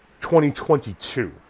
2022